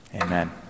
Amen